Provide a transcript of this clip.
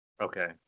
Okay